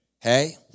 Hey